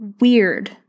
weird